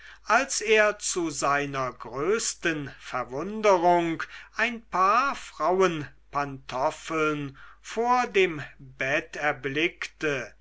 als er zu seiner größten verwunderung ein paar frauenpantoffeln vor dem bett erblickte